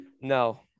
No